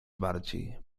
bardziej